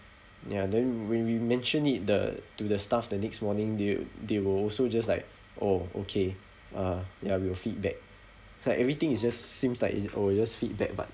ya then when we mentioned it the to the staff the next morning they uh they were also just like orh okay uh ya we'll feedback like everything is just seems like it's oh we'll just feedback but